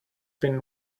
been